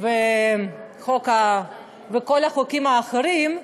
ואת כל החוקים האחרים,